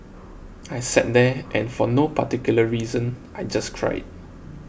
I sat there and for no particular reason I just cried